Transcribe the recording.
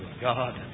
God